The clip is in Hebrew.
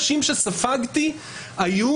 ציינה פה קודם חברת הכנסת בן ארי את